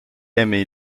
aimé